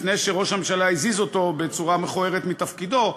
לפני שראש הממשלה הזיז אותו בצורה מכוערת מתפקידו,